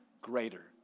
greater